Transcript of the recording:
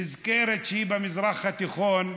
נזכרת שהיא במזרח התיכון,